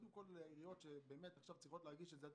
קודם כול עיריות שצריכות עכשיו להגיש בקשות יש